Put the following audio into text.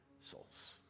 souls